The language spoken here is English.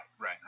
right